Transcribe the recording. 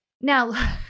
Now-